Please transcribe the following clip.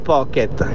Pocket